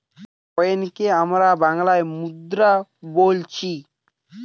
কয়েনকে আমরা বাংলাতে মুদ্রা বোলছি